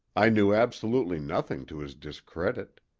i knew absolutely nothing to his discredit.